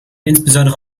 insbesondere